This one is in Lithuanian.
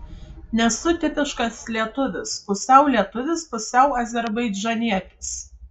nesu tipiškas lietuvis pusiau lietuvis pusiau azerbaidžanietis